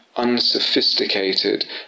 unsophisticated